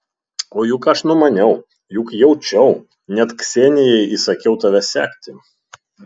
o juk aš numaniau juk jaučiau net ksenijai įsakiau tave sekti